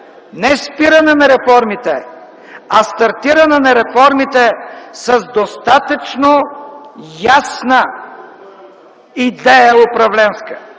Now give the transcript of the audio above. не спиране на реформите, а стартиране на реформите с достатъчно ясна управленска